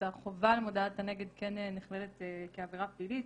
אז החובה על מודעת הנגד כן נכללת כעבירה פלילית,